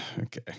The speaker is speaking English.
Okay